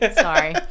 sorry